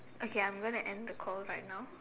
okay I'm going to end the call right now